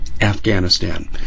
Afghanistan